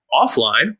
offline